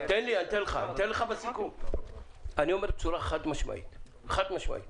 אני אומר בצורה חד משמעית חד משמעית